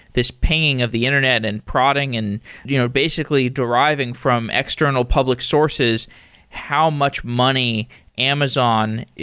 this paying of the internet and prodding and you know basically deriving from external public sources how much money amazon,